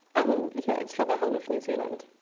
um yeah it's for the whole of new zealand.